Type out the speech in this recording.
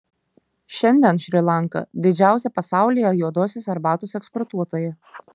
šiandien šri lanka didžiausia pasaulyje juodosios arbatos eksportuotoja